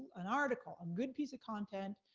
an article, a good piece of content,